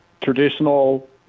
traditional